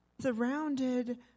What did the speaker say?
surrounded